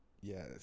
Yes